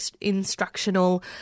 instructional